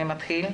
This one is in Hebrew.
מי מתחיל?